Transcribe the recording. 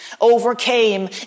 overcame